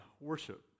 worship